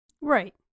right